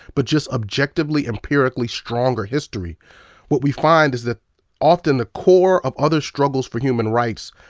but just objectively, empirically, stronger history what we find is that often the core of other struggles for human rights,